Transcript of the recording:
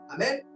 Amen